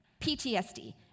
PTSD